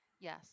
Yes